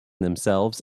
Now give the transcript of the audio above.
themselves